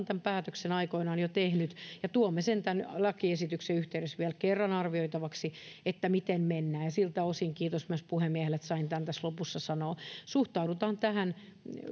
tämän päätöksen aikoinaan jo tehnyt ja tuomme sen tämän lakiesityksen yhteydessä vielä kerran arvioitavaksi että miten mennään ja siltä osin kiitos myös puhemiehelle että sain tämän tässä lopussa sanoa suhtaudutaan tähän